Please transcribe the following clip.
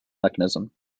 mechanism